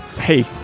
Hey